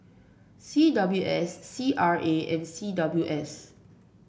C W S C R A and C W S